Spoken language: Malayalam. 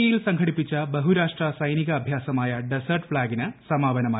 ഇയിൽ സംഘടിപ്പിച്ച ബഹുരാഷ്ട്ര സൈനിക അഭ്യാസമായ ഡെസേർട്ട് ഫ്ളാഗ്ന് സമാപനമായി